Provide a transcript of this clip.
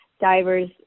divers